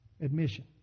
admission